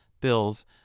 bills